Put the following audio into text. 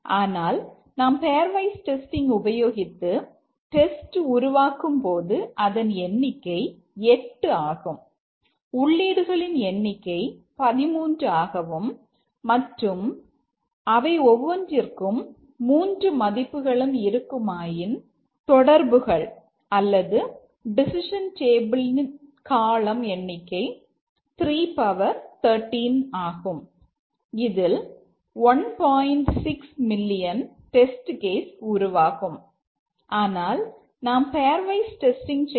ஆனால் நாம் pairwise testing செய்யும்போது அதன் எண்ணிக்கை வெறும் 15 ஆகும்